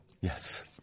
Yes